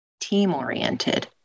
team-oriented